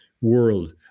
world